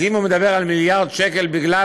אז אם הוא מדבר על מיליארד שקל בגלל